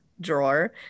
drawer